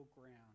ground